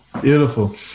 beautiful